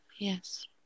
Yes